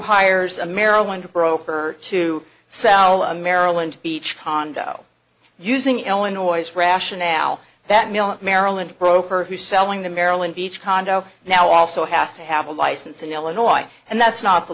hires a maryland broker to sell a maryland beach condo using illinois rationale that mill maryland broker who's selling the maryland beach condo now also has to have a license in illinois and that's not the